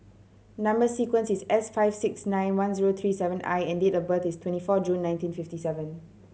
number sequence is S five six nine one zero three seven I and date of birth is twenty four June nineteen fifty seven